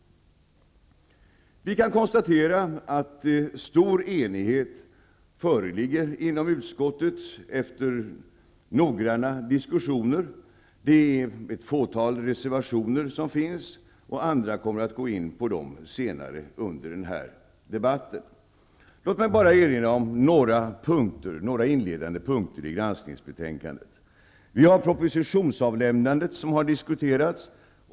Vi kan konstatera att stor enighet föreligger inom utskottet efter noggranna diskussioner. Det finns bara ett fåtal reservationer. Andra talare kommer senare i den här debatten att gå in på dem. Jag vill bara erinra om några inledande punkter i granskningsbetänkandet. Propositionsavlämnandet har diskuterats.